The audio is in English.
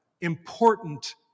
important